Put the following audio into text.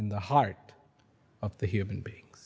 in the heart of the human beings